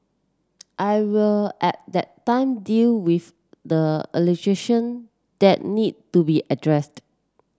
I will at that time deal with the that need to be addressed